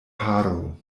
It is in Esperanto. paro